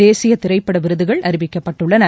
தேசிய திரைப்பட விருதுகள் அறிவிக்கப்பட்டுள்ளன